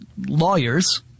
lawyers